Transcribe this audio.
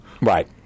Right